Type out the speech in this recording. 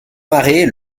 marées